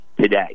today